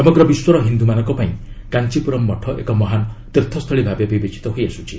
ସମଗ୍ର ବିଶ୍ୱର ହିନ୍ଦୁମାନଙ୍କ ପାଇଁ କାଞ୍ଚ୍ଚପୁରମ୍ ମଠ ଏକ ମହାନ୍ ତୀର୍ଥସ୍ଥଳୀ ଭାବେ ବିବେଚିତ ହୋଇଆସୁଛି